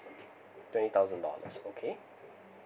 twenty thousand dollars okay